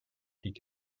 pik